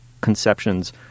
conceptions